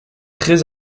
très